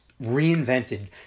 reinvented